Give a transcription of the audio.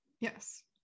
yes